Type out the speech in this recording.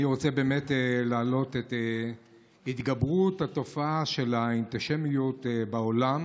אני רוצה להעלות את נושא התגברות תופעת האנטישמיות בעולם